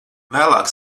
vēlāk